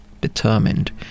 determined